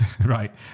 Right